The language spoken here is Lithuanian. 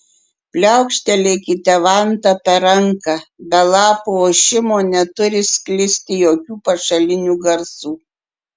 pliaukštelėkite vanta per ranką be lapų ošimo neturi sklisto jokių pašalinių garsų